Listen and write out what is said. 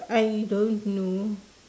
I don't know